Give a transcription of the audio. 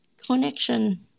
connection